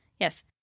Yes